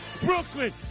Brooklyn